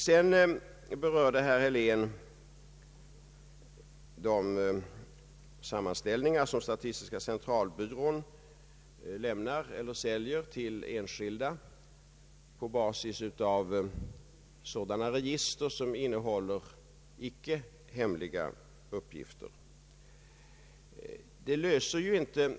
Sedan berörde herr Helén de sammanställningar som statistiska centralbyrån lämnar eller säljer på basis av sådana register som innehåller icke hemliga uppgifter.